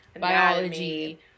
biology